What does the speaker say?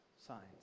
signs